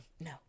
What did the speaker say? No